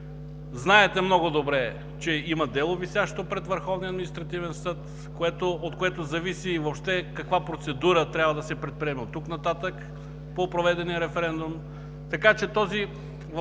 Знаете много добре, че има висящо дело пред Върховния административен съд, от което зависи въобще каква процедура трябва да се предприеме оттук нататък по проведения референдум.